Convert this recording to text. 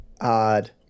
odd